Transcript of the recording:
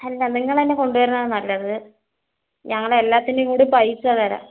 അല്ല നിങ്ങൾ തന്നെ കൊണ്ട് വരുന്നതാണ് നല്ലത് ഞങ്ങൾ എല്ലാത്തിൻ്റെയും കൂടി പൈസ തരാം